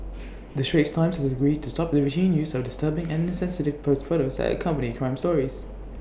the straits times has agreed to stop the routine use of disturbing and insensitive posed photos that accompany crime stories